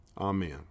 Amen